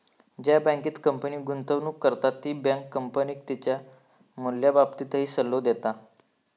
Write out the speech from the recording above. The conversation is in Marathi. ज्या बँकेत कंपनी गुंतवणूक करता ती बँक कंपनीक तिच्या मूल्याबाबतही सल्लो देता